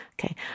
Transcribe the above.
Okay